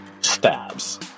stabs